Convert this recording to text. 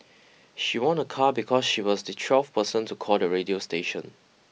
she won a car because she was the twelfth person to call the radio station